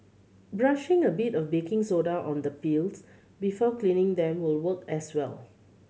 brushing a bit of baking soda on the peels before cleaning them will work as well